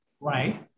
Right